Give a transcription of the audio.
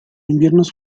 inviernos